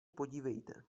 podívejte